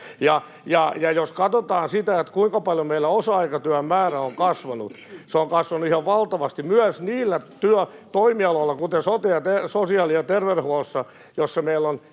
Ja jos katsotaan sitä, kuinka paljon meillä osa-aikatyön määrä on kasvanut, se on kasvanut ihan valtavasti myös niillä toimialoilla, kuten sosiaali- ja terveydenhuollossa, joilla meillä on